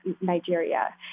Nigeria